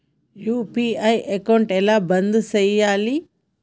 UPI account ఎలా బంద్ చేయాలి?